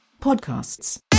Podcasts